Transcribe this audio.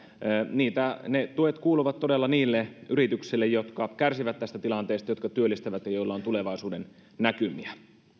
ne tuet kuuluvat todella niille yrityksille jotka kärsivät tästä tilanteesta jotka työllistävät ja joilla on tulevaisuudennäkymiä